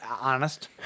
honest